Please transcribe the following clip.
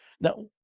Now